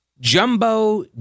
Jumbo